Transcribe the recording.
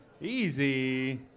Easy